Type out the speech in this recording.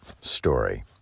story